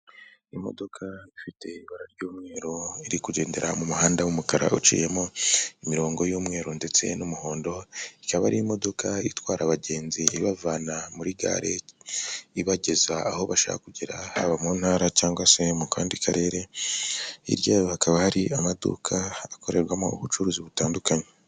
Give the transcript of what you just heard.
Imodoka ifite ibara ry'umweru iri kugendera mu muhanda w'umukara uciyemo imirongo y'umweru ndetse n'umuhondo, ikaba ari imodoka itwara abagenzi ibavana muri gare ibageza aho bashaka kugera, haba mu Ntara cyangwa se mu kandi Karere, hirya yayo hakaba hari amaduka akorerwamo ubucuruzi butandukanye.